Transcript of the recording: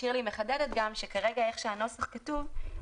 שירלי מחדדת שאיך שהנוסח כתוב כרגע,